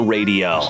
Radio